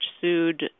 sued